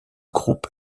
groupe